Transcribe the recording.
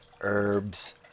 herbs